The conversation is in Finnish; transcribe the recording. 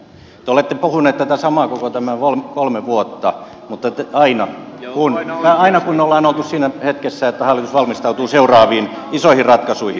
te olette puhuneet tätä samaa koko tämän kolme vuotta aina kun ollaan oltu siinä hetkessä että hallitus valmistautuu seuraaviin isoihin ratkaisuihin